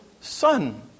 son